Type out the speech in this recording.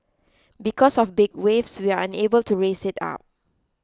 because of big waves we are unable to raise it up